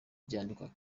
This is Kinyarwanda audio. byandikwa